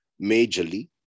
majorly